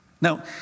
Now